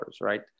right